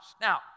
Now